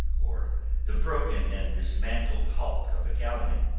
or the broken and dismantled hulk of a galleon,